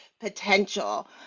potential